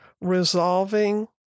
resolving